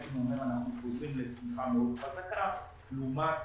שבעצם ממנו אנחנו חוזרים לצמיחה מאוד חזקה לעומת